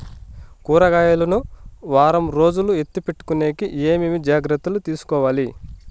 కూరగాయలు ను వారం రోజులు ఎత్తిపెట్టుకునేకి ఏమేమి జాగ్రత్తలు తీసుకొవాలి?